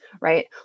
Right